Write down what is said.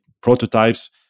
prototypes